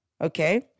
okay